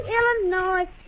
Illinois